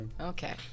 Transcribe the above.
okay